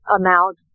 amount